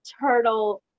turtle